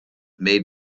made